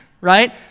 right